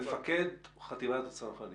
מפקד חטיבת הצנחנים